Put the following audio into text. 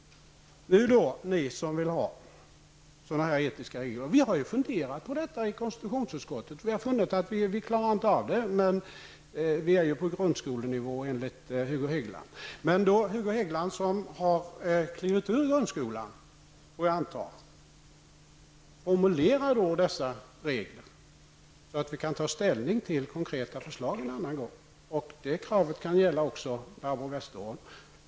Vi i konstitutionsutskottet har funderat över etiska regler och vi har funnit att vi inte klarar av att utforma några sådana, men vi befinner ju oss på grundskolenivå, enligt Hugo Hegeland. Men, Hugo Hegeland -- som jag antar har klivit ur grundskolan -- formulera då dessa regler, så att vi en annan gång kan ta ställning till konkreta förslag! Denna uppmaning riktar sig också till Barbro Westerholm.